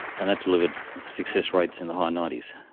and that delivered success rates in the high ninety s,